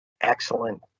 excellent